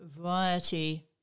variety